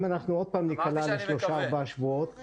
אם עוד פעם ניכנע לשלושה-ארבעה שבועות,